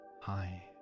hi